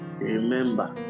remember